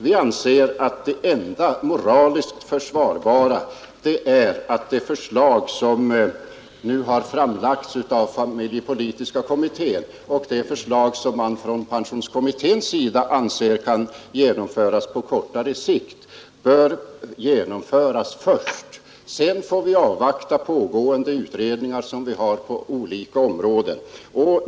Vi anser att det enda moraliskt försvarbara är att det förslag som nu framlagts av familjepolitiska kommittén och det förslag som pensionsförsäkringskommittén anser att man kan genomföra på kort sikt först bör förverkligas. Sedan får vi avvakta pågående utredningar på olika områden.